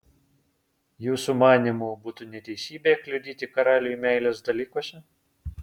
jūsų manymu būtų neteisybė kliudyti karaliui meilės dalykuose